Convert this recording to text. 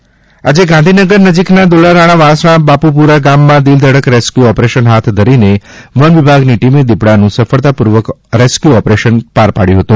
દિપડાનું rescue આજે ગાંધીનગર નજીકના દોલારાણા વાસણા બાપુપુરા ગામમાં દિલધડક રેસ્ક્યુ ઓપરેશન હાથ ધરીને વન વિભાગની ટીમે દિપડાનું સફળતાપૂર્વક રેસ્ક્યુ ઓપરેશન પાર પડ્યું છે